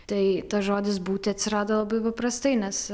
tai tas žodis būti atsirado labai prastai nes